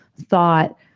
thought